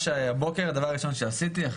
הדבר הראשון שעשיתי הבוקר,